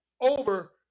over